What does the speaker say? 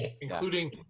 including